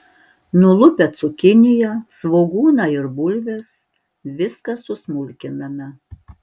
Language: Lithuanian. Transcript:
nulupę cukiniją svogūną ir bulves viską susmulkiname